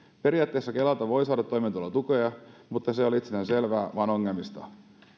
periaatteessa kelalta voi saada toimeentulotukea mutta se ei ole itsestäänselvää vaan ongelmallista